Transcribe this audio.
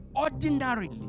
Ordinarily